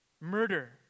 Murder